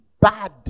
Bad